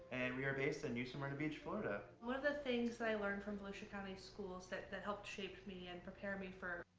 and we're based in new smyrna beach, florida. one and thing i learned from volusia county schools that that helped shape me and prepare me for